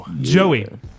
Joey